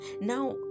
Now